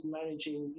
managing